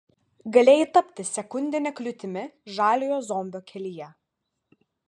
galėjai tapti sekundine kliūtimi žaliojo zombio kelyje